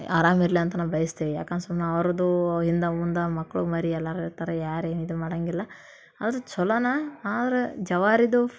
ಆರಾಮಿರಲಿ ಅಂತ ನಾವು ಬಯಸ್ತೀವಿ ಯಾಕಂದ್ರ್ ಸುಮ್ನೆ ಅವ್ರದ್ದು ಹಿಂದೆ ಮುಂದೆ ಮಕ್ಕಳು ಮರಿ ಎಲ್ಲರೂ ಇರ್ತಾರೆ ಯಾರೇನೂ ಇದು ಮಾಡೋಂಗಿಲ್ಲ ಅದು ಚಲೋನೇ ಆದ್ರೆ ಜವಾರಿಯದು